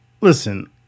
Listen